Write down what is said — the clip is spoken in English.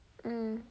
mm